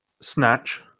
Snatch